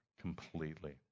completely